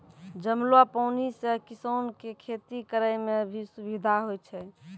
जमलो पानी से किसान के खेती करै मे भी सुबिधा होय छै